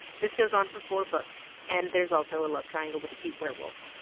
this goes on for four books, and there's also a love triangle with a cute werewolf.